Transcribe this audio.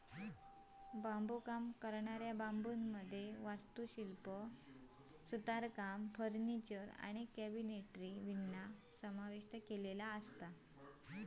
बांबुकाम करणाऱ्या बांबुमध्ये वास्तुशिल्प, सुतारकाम, फर्निचर आणि कॅबिनेटरी विणणा समाविष्ठ असता